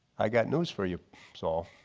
i got news for you saul.